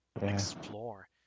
explore